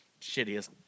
shittiest